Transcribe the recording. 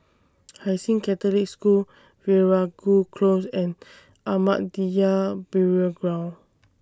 Hai Sing Catholic School Veeragoo Close and Ahmadiyya Burial Ground